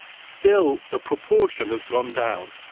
still, the proportion has gone down.